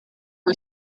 who